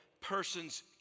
person's